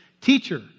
Teacher